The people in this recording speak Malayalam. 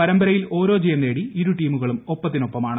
പരമ്പരയിൽ ഓരോ ജയം നേടി ഇരു ടീമുകളും ഒപ്പത്തിനൊപ്പമാണ്